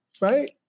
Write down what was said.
right